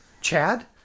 Chad